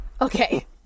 Okay